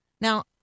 Now